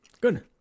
Good